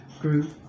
group